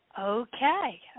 Okay